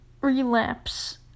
relapse